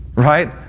Right